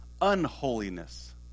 unholiness